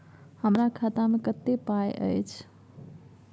हमरा खाता में कत्ते पाई अएछ?